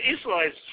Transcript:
Israelites